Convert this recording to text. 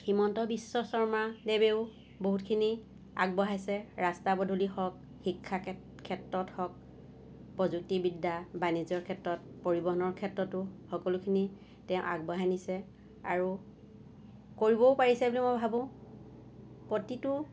হিমন্ত বিশ্ব শৰ্মাদেৱেও বহুতখিনি আগবঢ়াইছে ৰাস্তা পদূলি হওঁক শিক্ষা খে ক্ষেত্ৰত হওঁক প্ৰযুক্তিবিদ্যা বাণিজ্যৰ ক্ষেত্ৰত পৰিবহনৰ ক্ষেত্ৰতো সকলোখিনি তেওঁ আগবঢ়াই নিছে আৰু কৰিবও পাৰিছে বুলি মই ভাবোঁ প্ৰতিতো